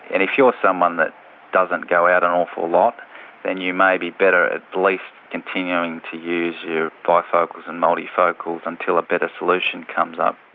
and if you're someone who doesn't go out an awful lot then you may be better at least continuing to use your bifocals and multifocals until a better solution comes up.